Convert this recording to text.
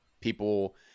people